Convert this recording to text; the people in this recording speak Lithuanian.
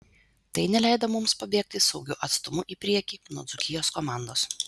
tai neleido mums pabėgti saugiu atstumu į priekį nuo dzūkijos komandos